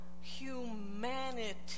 humanity